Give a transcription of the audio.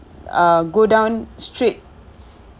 uh go down straight